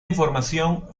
información